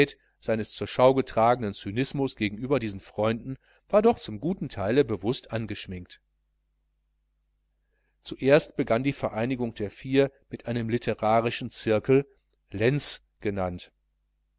seines zur schau getragenen cynismus gegenüber diesen freunden war doch zum guten teile bewußt angeschminkt zuerst begann die vereinigung der vier mit einem litterarischen zirkel lenz genannt